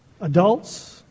Adults